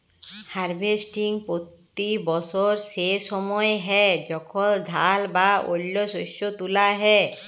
harvesting পতি বসর সে সময় হ্যয় যখল ধাল বা অল্য শস্য তুলা হ্যয়